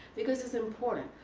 because it's important.